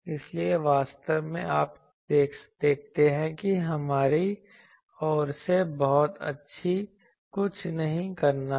इसलिए वास्तव में आप देखते हैं कि हमारी ओर से बहुत कुछ नहीं करना है